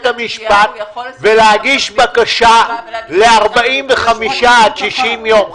המשפט ולהגיש בקשה ל-45 עד 60 יום.